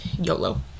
YOLO